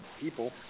people